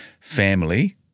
family